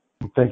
thank